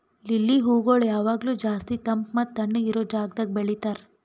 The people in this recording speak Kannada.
ಲಿಲ್ಲಿ ಹೂಗೊಳ್ ಯಾವಾಗ್ಲೂ ಜಾಸ್ತಿ ತಂಪ್ ಮತ್ತ ತಣ್ಣಗ ಇರೋ ಜಾಗದಾಗ್ ಬೆಳಿತಾರ್